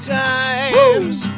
times